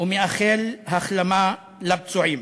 ומאחל החלמה לפצועים.